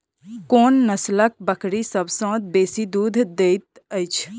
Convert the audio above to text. कोन नसलक बकरी सबसँ बेसी दूध देइत अछि?